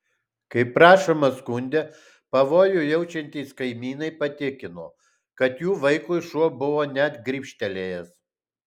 kaip rašoma skunde pavojų jaučiantys kaimynai patikino kad jų vaikui šuo buvo net grybštelėjęs